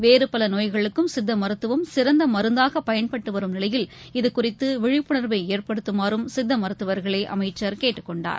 வேறுபலநோய்களுக்கும் சித்தமருத்துவம் சிறந்தமருந்தாகபயன்பட்டுவரும் நிலையில் இதுகுறித்துவிழிப்புணர்வைஏற்படுத்துமாறும் சித்தமருத்தவர்களைஅமைச்சர் கேட்டுக்கொண்டார்